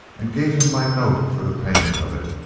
and gave him my note for the payment of it,